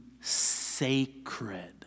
sacred